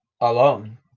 alone